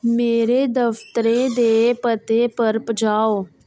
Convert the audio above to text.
मेरे दफ्तरै दे पते पर पजाओ